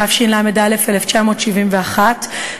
התשל"א 1971,